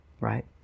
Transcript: Right